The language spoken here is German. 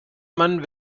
man